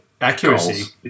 accuracy